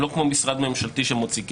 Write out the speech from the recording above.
הן לא כמו משרד ממשלתי שמוציא כסף.